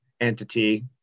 entity